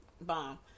bomb